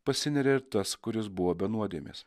pasineria ir tas kuris buvo be nuodėmės